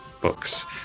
books